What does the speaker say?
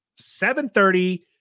7.30